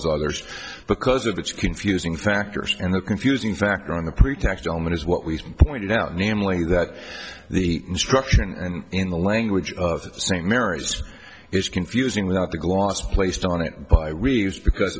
as others because of its confusing factors and the confusing factor on the pretext element is what we've pointed out namely that the instruction in the language of st mary's is confusing without the gloss placed on it by reeves because